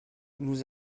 nous